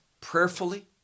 prayerfully